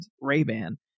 Ray-Ban